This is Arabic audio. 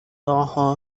ضعها